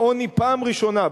העוני פעם ראשונה,